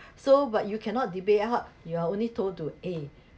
so but you cannot debate then how you are only told to eh